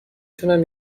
تونم